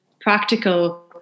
practical